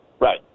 Right